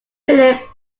philip